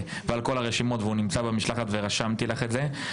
ועל כל הרשימות והוא נמצא במשלחת ורשמתי לך את זה.